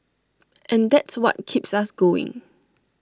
and that's what keeps us going